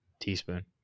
teaspoon